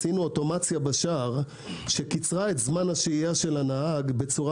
עשינו אוטומציה בשער שקיצרה את זמן השהייה של הנהג.